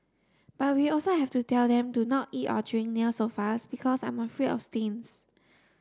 but we also have to tell them to not eat or drink near the sofas because I'm afraid of stains